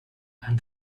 and